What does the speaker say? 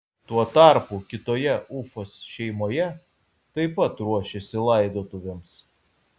tuo tarpu kitoje ufos šeimoje taip pat ruošėsi laidotuvėms